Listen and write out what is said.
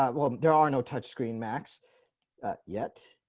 ah well, there are no touchscreen max yet.